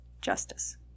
justice